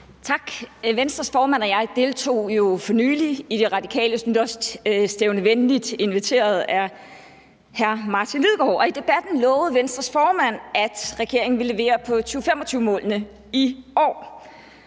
Tak. Venstres formand og jeg deltog jo for nylig i De Radikales nytårsstævne, venligt inviteret af hr. Martin Lidegaard, og under debatten lovede Venstres formand, at regeringen ville levere på 2025-målene i år